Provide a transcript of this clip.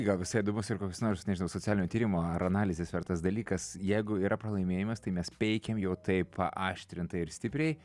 gal visai įdomus ir koks nors nežinau socialinio tyrimo ar analizės vertas dalykas jeigu yra pralaimėjimas tai mes peikiam jau taip paaaštrintai ir stipriai